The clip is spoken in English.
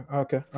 okay